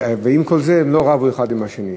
ועם כל זה הם לא רבו אחד עם השני.